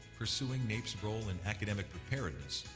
pursuing naep's role in academic preparedness,